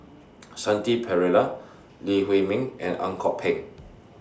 Shanti Pereira Lee Huei Min and Ang Kok Peng